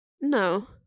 No